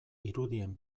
irudien